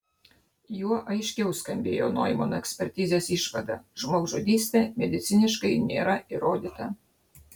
juo aiškiau skambėjo noimano ekspertizės išvada žmogžudystė mediciniškai nėra įrodyta